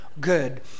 good